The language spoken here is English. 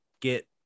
get